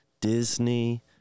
Disney